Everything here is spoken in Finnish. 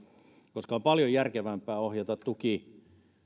koska on paljon järkevämpää ohjata tuki